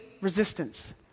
resistance